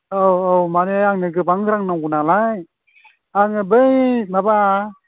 औ औ माने आंनो गोबां रां नांगौ नालाय आङो बै माबा